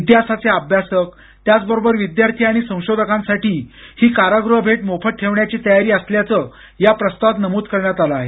इतिहासाचे अभ्यासक त्याचबरोबर विद्यार्थी आणि संशोधकांसाठी ही कारागृह भेट मोफत ठेवण्याची तयारी असल्याचं या प्रस्तावात नमूद करण्यात आलं आहे